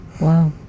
Wow